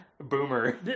boomer